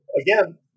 again